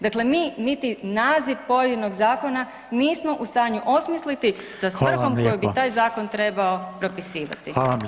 Dakle, mi niti naziv pojedinog zakona nismo u stanju osmisliti sa svrhom koju bi taj zakon trebao propisivati.